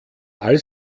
all